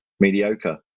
mediocre